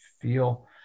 feel